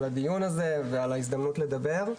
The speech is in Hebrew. על הדיון הזה ועל ההזדמנות לדבר.